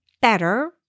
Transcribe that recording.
better